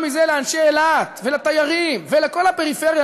מזה לאנשי אילת ולתיירים ולכל הפריפריה,